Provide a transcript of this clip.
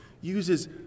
uses